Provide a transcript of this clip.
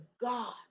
God